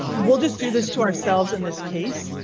we'll just do this to ourselves in this case,